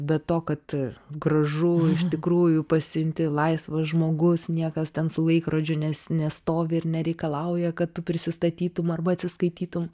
be to kad gražu iš tikrųjų pasijunti laisvas žmogus niekas ten su laikrodžiu nes nestovi ir nereikalauja kad tu prisistatytum arba atsiskaitytum